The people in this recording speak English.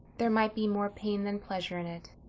there might be more pain than pleasure in it.